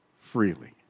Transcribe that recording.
freely